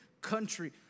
country